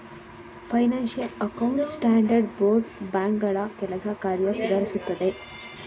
financial account standard board ಬ್ಯಾಂಕ್ಗಳ ಕೆಲಸ ಕಾರ್ಯ ಸುಧಾರಿಸುತ್ತದೆ